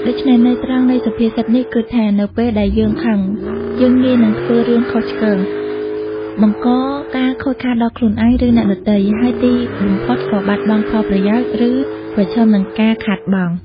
ដូច្នេះ ន័យត្រង់នៃសុភាសិតនេះគឺថា នៅពេលដែលយើងខឹង យើងងាយនឹងធ្វើរឿងខុសឆ្គង បង្កការខូចខាតដល់ខ្លួនឯង ឬអ្នកដទៃ ហើយទីបំផុតក៏បាត់បង់ផលប្រយោជន៍ ឬប្រឈមនឹងការខាតបង់។